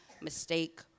mistake